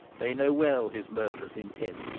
they know well his murderous intent,